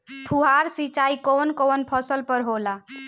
फुहार सिंचाई कवन कवन फ़सल पर होला?